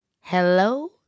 hello